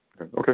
Okay